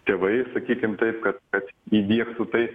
tėvai sakykim taip kad kad įdiegtų tai